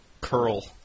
curl